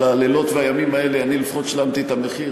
על הלילות והימים האלה אני לפחות שילמתי את המחיר,